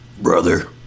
Brother